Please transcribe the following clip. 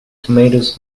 tomatoes